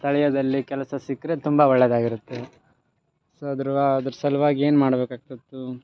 ಸ್ಥಳೀಯದಲ್ಲೇ ಕೆಲಸ ಸಿಕ್ಕರೆ ತುಂಬ ಒಳ್ಳೆಯದಾಗಿರುತ್ತೆ ಸೊ ಅದ್ರ ವಾ ಅದ್ರ ಸಲುವಾಗಿ ಏನು ಮಾಡಬೇಕಾಗ್ತಾತ್ತು